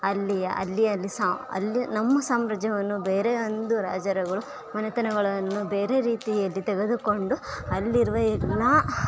ಅಲ್ಲಿ ಅಲ್ಲಿ ಅಲ್ಲಿ ಸಹ ಅಲ್ಲಿ ನಮ್ಮ ಸಾಮ್ರಾಜ್ಯವನ್ನು ಬೇರೆ ಒಂದು ರಾಜರುಗಳು ಮನೆತನಗಳನ್ನು ಬೇರೆ ರೀತಿಯಲ್ಲಿ ತೆಗೆದುಕೊಂಡು ಅಲ್ಲಿರುವ ಎಲ್ಲ